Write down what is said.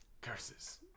Curses